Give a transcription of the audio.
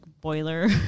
boiler